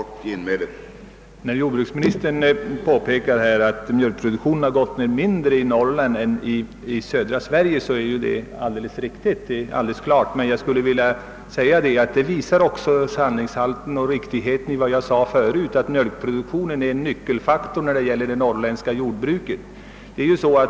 Herr talman! Det är alldeles riktigt som jordbruksministern påpekar, att mjölkproduktionen har gått ned mindre i Norrland än i södra Sverige. Men det visar också riktigheten i vad jag sade förut, nämligen att mjölkproduktionen är en nyckelfaktor för det norrländska jordbruket.